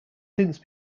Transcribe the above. since